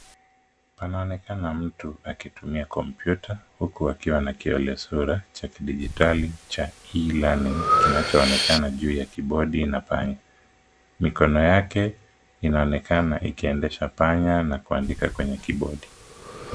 Panaonekana mtu akitumia kompyuta huku akiwa na kiole sura cha kidigitali cha (cs)e-learning(cs), kinachoonekana juu ya kibodi na panya. Mikono yake inaonekana ikiendesha panya na kuandika kwenye kibodi.